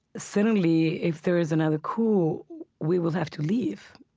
certainly if there is another coup we will have to leave.